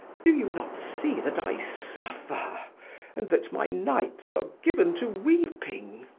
do you not see that i suffer and that my nights are given to weeping?